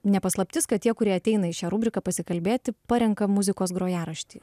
ne paslaptis kad tie kurie ateina į šią rubriką pasikalbėti parenka muzikos grojaraštį